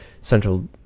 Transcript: central